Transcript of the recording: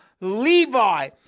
Levi